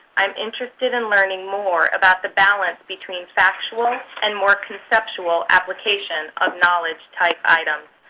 i'm interested in learning more about the balance between factual and more conceptual application of knowledge-type items.